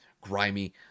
grimy